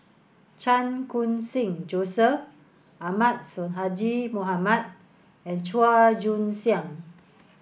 Chan Khun Sing Joseph Ahmad Sonhadji Mohamad and Chua Joon Siang